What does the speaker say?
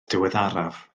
diweddaraf